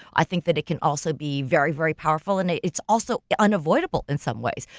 i think that it can also be very, very powerful, and it's also unavoidable in some ways.